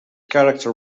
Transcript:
character